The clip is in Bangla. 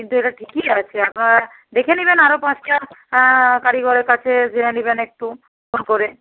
কিন্তু ওটা ঠিকই আছে আপনারা দেখে নেবেন আরও পাঁচটা কারিগরের কাছে জেনে নেবেন একটু ফোন করে